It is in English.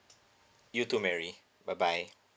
you too mary bye bye